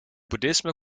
boeddhisme